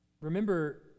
Remember